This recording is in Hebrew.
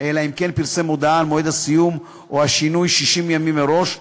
אלא אם כן פרסם הודעה על מועד הסיום או השינוי 60 ימים מראש,